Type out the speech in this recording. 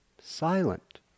silent